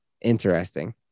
Interesting